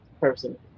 person